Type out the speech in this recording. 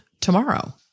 tomorrow